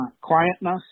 quietness